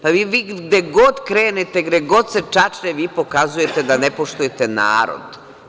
Pa, vi gde god krenete, gde god se čačne, vi pokazujete da ne poštujete narod.